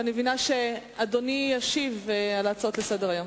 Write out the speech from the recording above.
ואני מבינה שאדוני ישיב על ההצעות לסדר-היום.